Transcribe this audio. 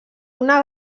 una